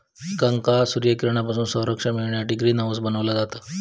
पिकांका सूर्यकिरणांपासून संरक्षण मिळण्यासाठी ग्रीन हाऊस बनवला जाता